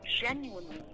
genuinely